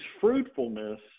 fruitfulness